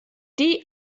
die